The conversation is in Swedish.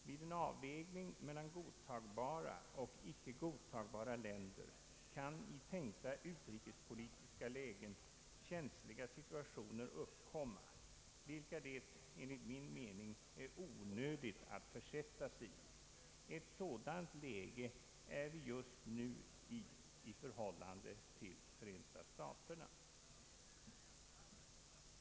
Vid en avvägning mellan godtagbara och icke godtagbara länder kan i tänkta utrikespolitiska lägen känsliga situationer uppkomma, vilket det enligt min mening är onödigt att försätta sig i. I ett sådant läge är vi just nu i förhållande till Förenta staterna.